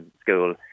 school